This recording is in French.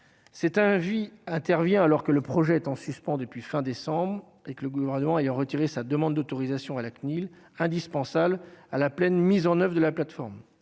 un avis intervient alors que le projet est en suspens depuis fin décembre et que le gouvernement ayant retiré sa demande d'autorisation à la CNIL, indispensable à la pleine mise en Oeuvres de la plateforme,